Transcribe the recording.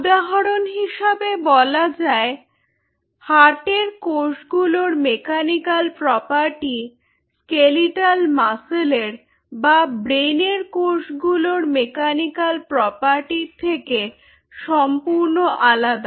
উদাহরণ হিসেবে বলা যায় হার্টের কোষগুলোর মেকানিকাল প্রপার্টি স্কেলিটাল মাসেলের বা ব্রেনের কোষগুলোর মেকানিক্যাল প্রপার্টির থেকে সম্পূর্ণ আলাদা